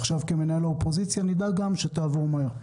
עכשיו, כמנהל האופוזיציה, נדאג שהיא אותה מהר.